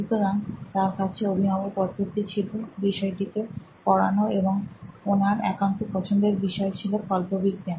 সুতরাং তার কাছে অভিনব পদ্ধতি ছিল বিষয়টিকে পড়ানো এবং ওনার একান্ত পছন্দের বিষয় ছিল কল্পবিজ্ঞান